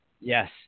Yes